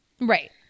right